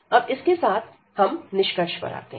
अब इसके साथ हमें निष्कर्ष पर आते है